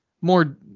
more